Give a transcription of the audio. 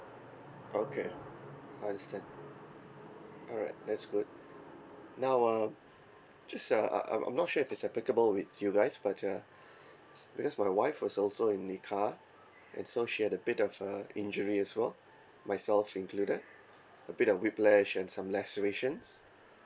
okay understand alright that's good now uh just uh I I I I'm not sure it's applicable with you guys but uh because my wife was also in the car and so she had a bit of a injury as well myself included a bit of whiplash and some lacerations